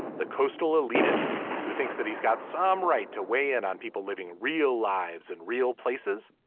the coastal elitist who thinks that he's got some right to weigh in on people living real lives and real places.